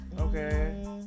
okay